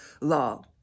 law